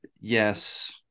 yes